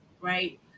right